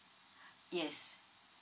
yes